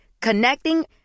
Connecting